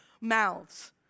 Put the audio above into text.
mouths